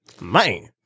Man